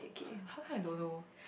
[oh]-my-god how come I don't know